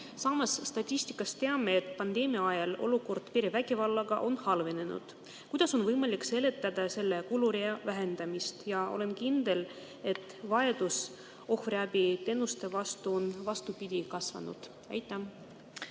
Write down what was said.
Samas, statistikast teame, et pandeemia ajal olukord perevägivallaga on halvenenud. Kuidas on võimalik seletada selle kulurea vähendamist? Ja olen kindel, et vajadus ohvriabiteenuste järele on, vastupidi, kasvanud. Aitäh,